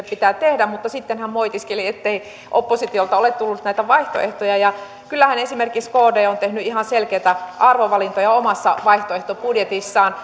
pitää tehdä mutta sitten hän moitiskeli ettei oppositiolta ole tullut näitä vaihtoehtoja kyllähän esimerkiksi kd on tehnyt ihan selkeitä arvovalintoja omassa vaihtoehtobudjetissaan